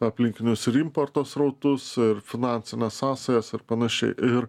aplinkinius ir importo srautus ir finansines sąsajas ir panašiai ir